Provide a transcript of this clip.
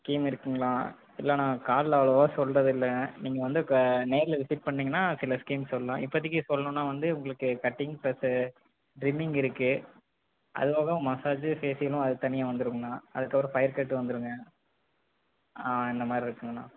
scheme இருக்குதுங்களா இல்லை நான் கால்லில் அவ்வளவா சொல்கிறதில்ல நீங்கள் வந்து நேரில் விசிட் பண்ணிங்கனா சில ஸ்கீம்ஸ் சொல்லாம் இப்போதைக்கு சொல்லணும்னா வந்து உங்களுக்கு கட்டிங்கு பிளஸ் ட்ரிமிங் இருக்குது அதுபோக மஸாஜும் பேஷியலும் அது தனியாக வந்துரும்ண்ணா அதுக்கப்புறம் பயர் கட் வந்துடுங்க இந்தமாரி இருக்குதுங்கண்ணா